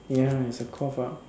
ya it's a cop out